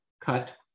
cut